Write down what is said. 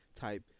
type